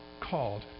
called